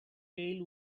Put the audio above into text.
pail